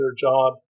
job